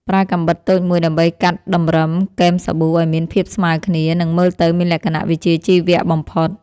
ប្រើកាំបិតតូចមួយដើម្បីកាត់តម្រឹមគែមសាប៊ូឱ្យមានភាពស្មើគ្នា និងមើលទៅមានលក្ខណៈវិជ្ជាជីវៈបំផុត។